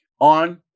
on